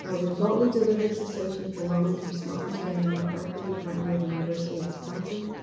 ah remotely delivered cessation for low-income smokers daniel mccarthy, currently at the university of wisconsin.